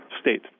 state